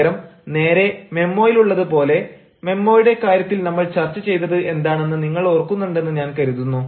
പകരം നേരെ മെമ്മോയിലുള്ളത് പോലെ മെമ്മോയുടെ കാര്യത്തിൽ നമ്മൾ ചർച്ച ചെയ്തത് എന്താണെന്ന് നിങ്ങൾ ഓർക്കുന്നുണ്ടെന്ന് ഞാൻ കരുതുന്നു